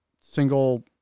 single